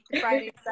Friday